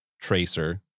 tracer